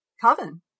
coven